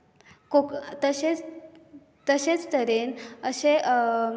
कोंक तशेच तशेच तरेन अशे